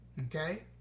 Okay